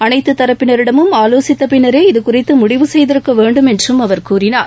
அனைத்துதரப்பினரிடமும் ஆலோசித்தபின்னரே இதுகுறித்துமுடிவு செய்திருக்கவேண்டும் என்றும் அவர் கூறினார்